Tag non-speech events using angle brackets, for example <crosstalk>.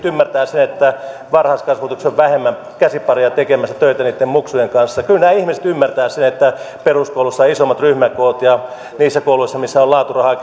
<unintelligible> ymmärtävät sen että varhaiskasvatuksessa on vähemmän käsipareja tekemässä töitä niitten muksujen kanssa kyllä nämä ihmiset ymmärtävät sen että peruskouluissa on isommat ryhmäkoot ja niissä kouluissa missä on laaturahaa <unintelligible>